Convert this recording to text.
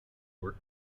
were